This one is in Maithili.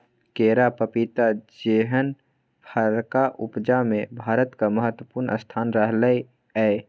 केरा, पपीता जेहन फरक उपजा मे भारतक महत्वपूर्ण स्थान रहलै यै